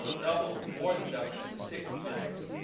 ah doubled, more than doubling, to sixty billion,